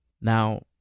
now